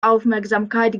aufmerksamkeit